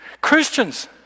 Christians